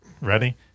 Ready